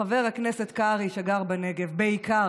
חבר הכנסת קרעי, שגר בנגב, בעיקר,